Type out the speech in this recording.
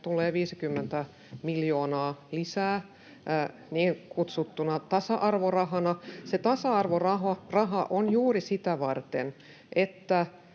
tulee 50 miljoonaa lisää niin kutsuttuna tasa-arvorahana. Se tasa-arvoraha on juuri sitä varten, että